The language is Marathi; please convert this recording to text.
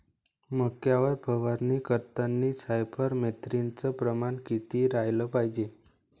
मक्यावर फवारनी करतांनी सायफर मेथ्रीनचं प्रमान किती रायलं पायजे?